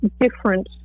different